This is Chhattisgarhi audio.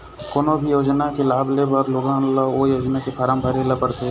कोनो भी योजना के लाभ लेबर लोगन ल ओ योजना के फारम भरे ल परथे